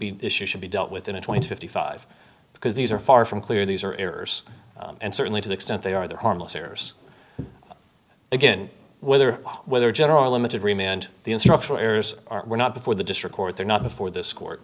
issue should be dealt with in a twenty to fifty five because these are far from clear these are errors and certainly to the extent they are there harmless errors again whether whether general or limited remain and the instructional errors are were not before the district court they're not before this court